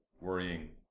worrying